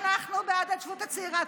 אנחנו בעד ההתיישבות הצעירה.